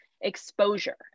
exposure